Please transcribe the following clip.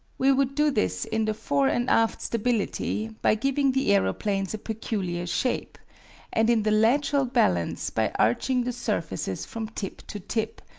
we would do this in the fore-and-aft stability by giving the aeroplanes a peculiar shape and in the lateral balance by arching the surfaces from tip to tip,